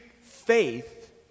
faith